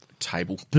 table